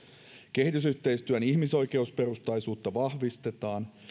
kehitysyhteistyön ihmisoikeusperustaisuutta vahvistetaan